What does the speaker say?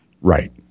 Right